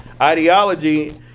Ideology